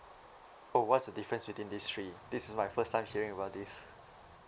oh what's the difference between these three this is my first time hearing about this